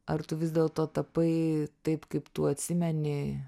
ar tu vis dėlto tapai taip kaip tu atsimeni